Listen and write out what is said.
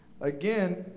Again